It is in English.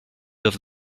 over